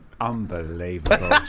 Unbelievable